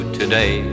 today